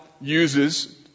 uses